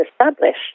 established